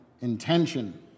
intention